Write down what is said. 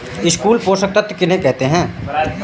स्थूल पोषक तत्व किन्हें कहते हैं?